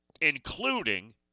Including